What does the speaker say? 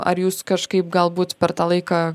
ar jūs kažkaip galbūt per tą laiką